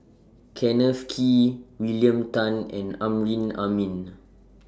Kenneth Kee William Tan and Amrin Amin